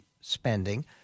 spending